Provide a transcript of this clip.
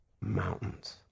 mountains